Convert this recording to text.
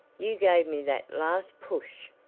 you gave me that last push.